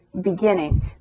beginning